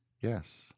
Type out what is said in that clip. Yes